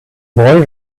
boy